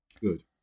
Good